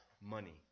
money